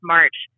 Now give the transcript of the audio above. March